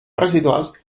residuals